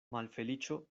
malfeliĉo